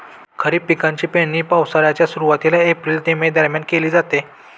खरीप पिकांची पेरणी पावसाळ्याच्या सुरुवातीला एप्रिल ते मे दरम्यान केली जाते